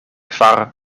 kvar